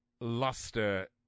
luster